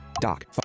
Doc